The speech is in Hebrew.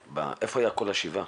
איפה הוא היה במשך כל השבעה?